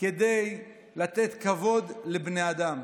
כדי לתת כבוד לבני אדם.